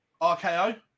RKO